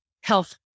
health